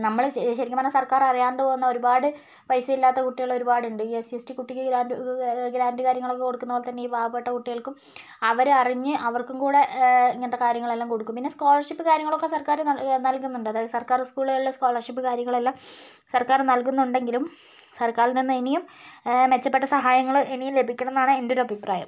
നമ്മൾ ശേ ശരിക്കും സർക്കാരറിയാണ്ട് പോകുന്ന ഒരുപാട് പൈസയില്ലാത്ത കുട്ടികളൊരുപാടുണ്ട് ഈ എസ് സി എസ് ടി കുട്ടിക്ക് ഗ്രാൻഡ് കാര്യങ്ങളൊക്കെ കൊടുക്കുന്ന പോലെതന്നെയാണ് ഈ പാവപ്പെട്ട കുട്ടികൾക്കും അവരെ അറിഞ്ഞ് അവർക്കും കൂടി ഇങ്ങനത്തെ കാര്യങ്ങളെല്ലാം കൊടുക്കും പിന്നെ സ്കോളർഷിപ്പ് കാര്യങ്ങളൊക്കെ സർക്കാർ നൽകുന്നുണ്ട് അതായത് സർക്കാർ സ്കൂളുകളിലെ സ്കോളർഷിപ്പ് കാര്യങ്ങളെല്ലാം സർക്കാർ നൽകുന്നുണ്ടെങ്കിലും സർക്കാരിൽ നിന്നും ഇനിയും മെച്ചപ്പെട്ട സഹായങ്ങൾ ഇനിയും ലഭിക്കണമെന്നാണ് എന്റൊരഭിപ്രായം